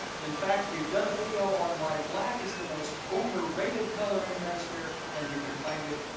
in fact, we've done a video on why black is the most overrated color in menswear and you can find it,